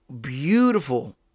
beautiful